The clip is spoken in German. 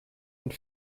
und